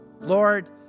lord